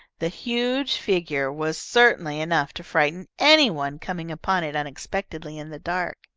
the huge figure was certainly enough to frighten any one coming upon it unexpectedly in the dark,